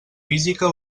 física